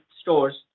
stores